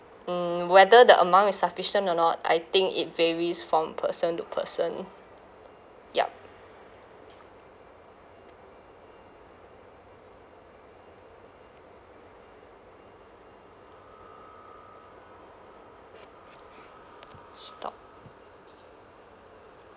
mm whether the amount is sufficient or not I think it varies from person to person yup stop